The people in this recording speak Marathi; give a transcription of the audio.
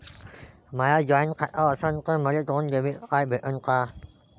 माय जॉईंट खातं असन तर मले दोन डेबिट कार्ड भेटन का?